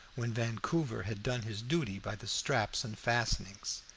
when vancouver had done his duty by the straps and fastenings.